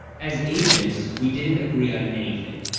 as agents, we didn't agree on anything.